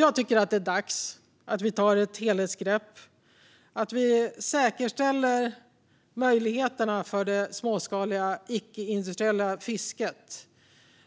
Jag tycker att det är dags att vi tar ett helhetsgrepp och säkerställer möjligheterna för det småskaliga icke-industriella fisket